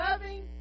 loving